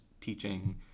teaching